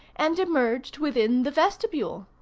and emerged within the vestibule.